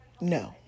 no